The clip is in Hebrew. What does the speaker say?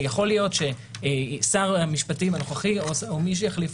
יכול להיות ששר המשפטים הנוכחי או מי שיחליף